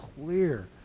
clear